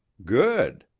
good,